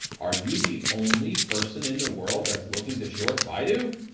are you the only person in the world that's looking to short bidu?